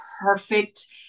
perfect